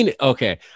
okay